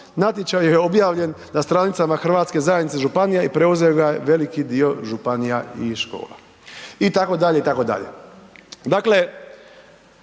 natječaj je objavljen na stranicama Hrvatske zajednice županija i preuzeo ga je veliki dio županija i škola, itd., itd. Dakle,